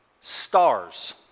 stars